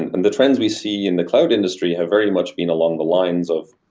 and and the trends we see in the cloud industry have very much been along the lines of,